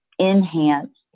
enhance